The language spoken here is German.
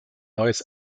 neues